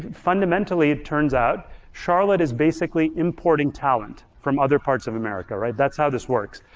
fundamentally it turns out charlotte is basically importing talent from other parts of america, right? that's how this works.